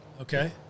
Okay